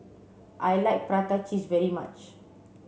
I like prata cheese very much